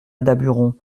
daburon